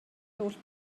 holl